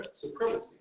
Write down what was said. supremacy